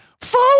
phone